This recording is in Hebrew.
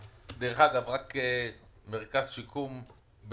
אתה יודע כמה שנים אנחנו על מרכז השיקום בפוריה?